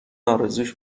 ارزوش